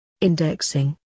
Indexing